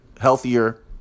healthier